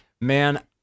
man